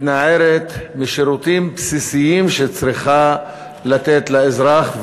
מתנערת משירותים בסיסיים שהיא צריכה לתת לאזרח,